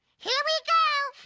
here we go.